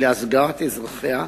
להסגרת אזרחיה,